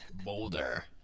Boulder